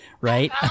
right